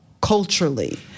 culturally